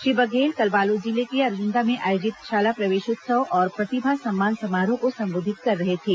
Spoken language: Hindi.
श्री बघेल कल बालोद जिले के अर्जुदा में आयोजित शाला प्रवेशोत्सव और प्रतिभा सम्मान समारोह को संबोधित कर रहे थे